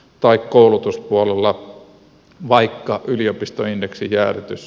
tai koulutuspuolel la vaikka yliopistoindeksijäädytys